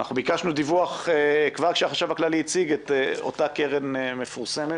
ביקשנו דיווח כבר כשהחשב הכללי הציג את אותה קרן מפורסמת.